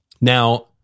Now